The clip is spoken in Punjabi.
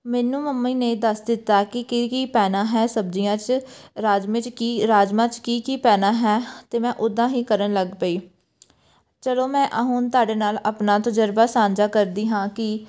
ਮੈਨੂੰ ਮੰਮੀ ਨੇ ਦੱਸ ਦਿੱਤਾ ਕਿ ਕੀ ਕੀ ਪੈਣਾ ਹੈ ਸਬਜ਼ੀਆਂ 'ਚ ਰਾਜਮੇ 'ਚ ਕੀ ਰਾਜਮਾਂਹ 'ਚ ਕੀ ਕੀ ਪੈਣਾ ਹੈ ਅਤੇ ਮੈਂ ਉੱਦਾਂ ਹੀ ਕਰਨ ਲੱਗ ਪਈ ਚੱਲੋ ਮੈਂ ਹੁਣ ਤੁਹਾਡੇ ਨਾਲ ਆਪਣਾ ਤਜਰਬਾ ਸਾਂਝਾ ਕਰਦੀ ਹਾਂ ਕਿ